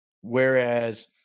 Whereas